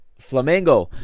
Flamengo